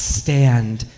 stand